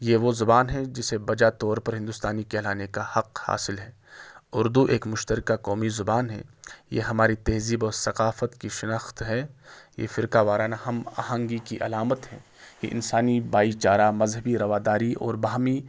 یہ وہ زبان ہیں جسے بجا طور پر ہندوستانی کہلانے کا حق حاصل ہے اردو ایک مشترکہ قومی زبان ہیں یہ ہماری تہذیب اور ثقافت کی شناخت ہے یہ فرقہ وارانہ ہم آہنگی کی علامت ہیں یہ انسانی بائی چارہ مذہبی رواداری اور باہمی